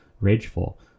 rageful